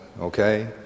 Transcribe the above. okay